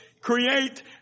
create